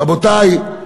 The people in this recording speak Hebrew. רבותי,